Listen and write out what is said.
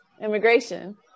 immigration